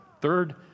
third